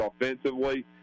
offensively